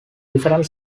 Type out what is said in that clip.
different